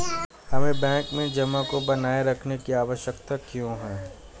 हमें बैंक में जमा को बनाए रखने की आवश्यकता क्यों है?